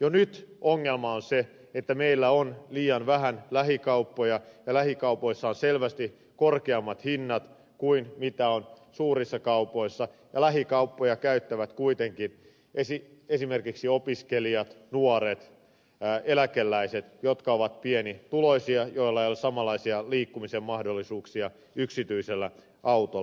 jo nyt ongelma on se että meillä on liian vähän lähikauppoja ja lähikaupoissa on selvästi korkeammat hinnat kuin on suurissa kaupoissa ja lähikauppoja käyttävät kuitenkin esimerkiksi opiskelijat nuoret eläkeläiset jotka ovat pienituloisia ja joilla ei ole samanlaisia liikkumisen mahdollisuuksia yksityisellä autolla